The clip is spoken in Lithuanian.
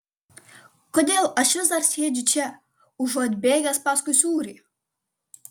kodėl aš vis dar sėdžiu čia užuot bėgęs paskui sūrį